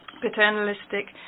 paternalistic